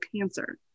cancer